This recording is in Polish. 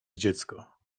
dziecko